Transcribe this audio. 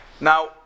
Now